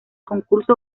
concurso